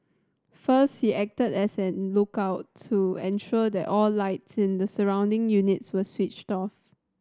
first he acted as a lookout to ensure that all lights in the surrounding units were switched off